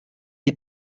est